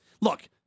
look